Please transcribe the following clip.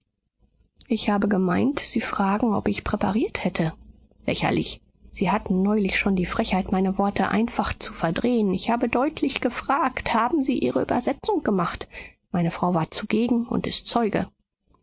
ich habe gemeint sie fragen ob ich präpariert hätte lächerlich sie hatten neulich schon die frechheit meine worte einfach zu verdrehen ich habe deutlich gefragt haben sie ihre übersetzung gemacht meine frau war zugegen und ist zeuge